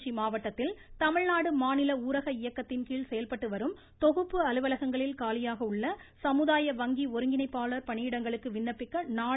திருச்சி மாவட்டத்தில் தமிழ்நாடு மாநில ஊரக இயக்கத்தின் கீழ் செயல்பட்டு வரும் தொகுப்பு அலுவலகங்களில் காலியாக உள்ள சமூதாய வங்கி ஒருங்கிணைப்பாளர் பணியிடங்களுக்கு விண்ணப்பிக்க நாளை கடைசி நாளாகும்